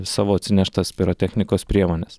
savo atsineštas pirotechnikos priemones